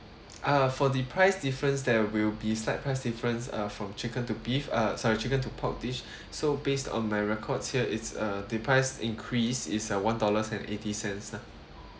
uh for the price difference there will be slight price difference uh from chicken to beef uh sorry chicken to pork dish so based on my records here it's uh the price increase is uh one dollars and eighty cents lah